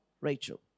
Rachel